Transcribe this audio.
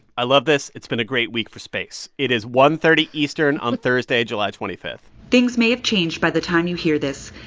i love this. it's been a great week for space. it is one thirty eastern on thursday, july twenty five point things may have changed by the time you hear this.